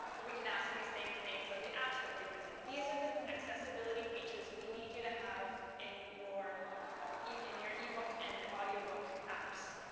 we can ask these same things of the apps that we're using. these are the accessibility features we need you to have in your in your ebook and audiobook apps.